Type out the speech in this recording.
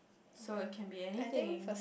so it can be anything